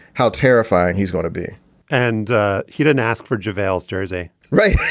how terrifying he's going to be and he didn't ask for javale jersey, right?